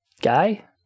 Guy